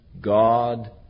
God